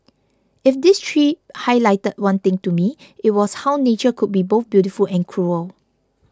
if this trip highlight one thing to me it was how nature could be both beautiful and cruel